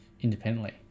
independently